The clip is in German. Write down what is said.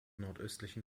nordöstlichen